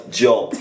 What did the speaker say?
job